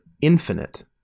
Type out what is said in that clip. Infinite